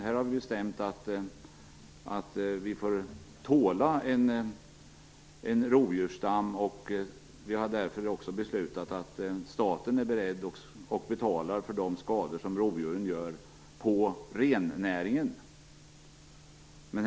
Där har vi bestämt att vi får tåla en rovdjursstam, och vi har därför också beslutat att staten är beredd att betala för de skador som rovdjuren gör på rennäringen.